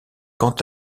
quant